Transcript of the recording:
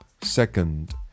Second